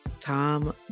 Tom